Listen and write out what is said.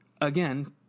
again